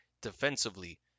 defensively